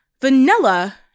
vanilla